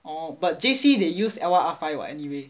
oh but J_C they use L one R five [what] anyway